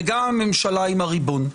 וגם ממשלה עם הריבון.